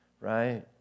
right